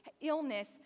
illness